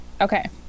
Okay